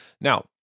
Now